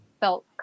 felt